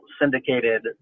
syndicated